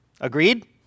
Agreed